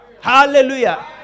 Hallelujah